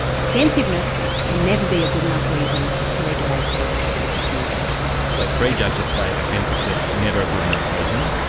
offensiveness can never be a good enough reason to regulate freedom of political communication. so three judges say offensiveness is never a good enough reason,